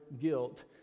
guilt